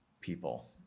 people